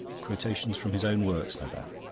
quotations from his own works, no doubt.